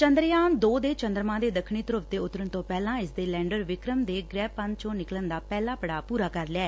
ਚੰਦਰਯਾਨ ਦੋ ਦੇ ਚੰਦਰਮਾ ਦੇ ਦੱਖਣੀ ਧਰੁਵ ਤੇ ਉਤਰਨ ਤੋਂ ਪਹਿਲਾਂ ਇਸ ਦੇ ਲੈਂਡਰ ਵਿਕਰਮ ਨੇ ਗ੍ਹਿਪੰਧ ਚੋ ਨਿਕਲਣ ਦਾ ਪਹਿਲਾ ਪੜਾਅ ਪੂਰਾ ਕਰ ਲਿਐ